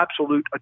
absolute